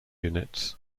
units